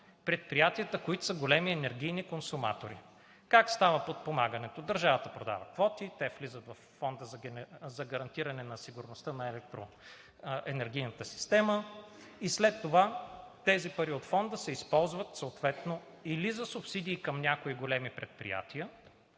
предприятията, които са големи енергийни консуматори? Как става подпомагането? Държавата продава квоти, те влизат във Фонда за гарантиране на сигурността на електроенергийната система и след това тези пари от Фонда се използват съответно или за субсидии към някои големи предприятия,